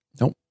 Nope